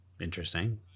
Interesting